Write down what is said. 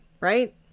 Right